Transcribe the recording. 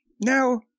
Now